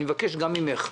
אני מבקש גם ממך,